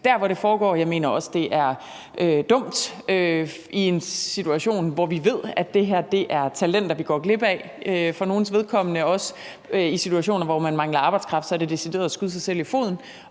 og jeg mener også, det er dumt i en situation, hvor vi ved, at det her er talenter, vi går glip af. Og når det for nogles vedkommende også er i situationer, hvor man mangler arbejdskraft, er det decideret at skyde sig selv i foden